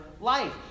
life